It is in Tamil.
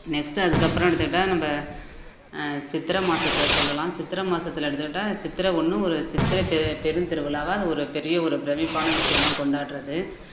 நெக்ஸ்டு அதுக்கப்புறம் எடுத்துக்கிட்டால் நம்ப சித்திதை மாதத்த சொல்லலாம் சித்திரை மாதத்துல எடுத்துக்கிட்டால் சித்திர ஒன்று ஒரு சித்திர பெ பெருந்திருவிழாவா அது ஒரு பெரிய ஒரு பிரம்மிப்பான விஷயம் தான் கொண்டாடுறது